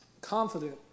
confident